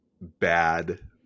bad